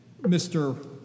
Mr